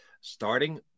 starting